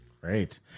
great